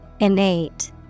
Innate